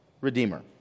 Redeemer